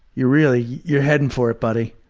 you're really you're heading for it, buddy.